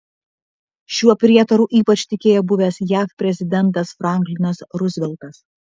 šiuo prietaru ypač tikėjo buvęs jav prezidentas franklinas ruzveltas